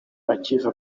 akiva